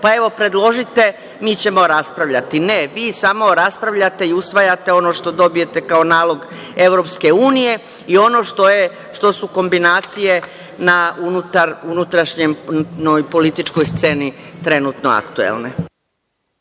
pa, evo, predložite, mi ćemo raspravljati. Ne, vi samo raspravljate i usvajate ono što dobijete kao nalog Evropske unije i ono što su kombinacije na unutrašnjoj političkoj sceni trenutno aktuelne.